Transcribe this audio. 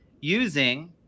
using